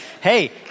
Hey